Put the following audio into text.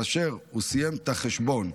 כאשר הוא סיים את החשבון,